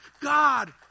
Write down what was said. God